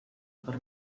per